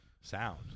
sound